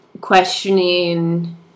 questioning